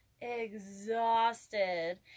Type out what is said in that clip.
exhausted